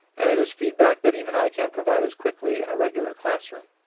and it is feedback that even i can't provide as quickly in a regular classroom.